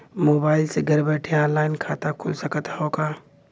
Mobile से घर बैठे ऑनलाइन खाता खुल सकत हव का?